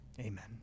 Amen